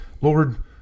Lord